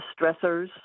stressors